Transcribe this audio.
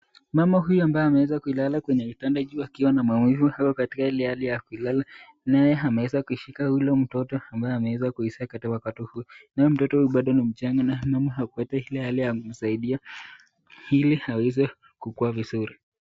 Mama huyu ambaye ameeza kuilala kwenye kitanda hiki akiwa na maumivu, ako katika ile hali ya kulala, naye ameeza kuishika ule mtoto ambaye ameweza kuizaa katika wakati huu, naye mtoto huyu bado ni mchanga na hamuepe ako katika ile hali ya kumsaidia, ili aweze, kukua vizuri.